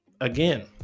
again